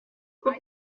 guck